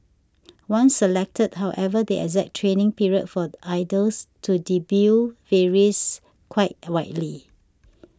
once selected however the exact training period for idols to debut varies quite widely